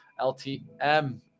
ltm